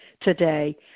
today